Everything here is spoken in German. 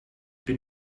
bin